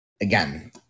Again